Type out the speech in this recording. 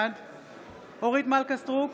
בעד אורית מלכה סטרוק,